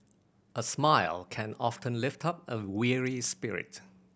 a smile can often lift up a weary spirit